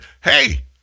hey